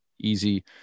easy